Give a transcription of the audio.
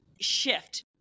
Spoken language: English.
shift